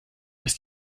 bis